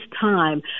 time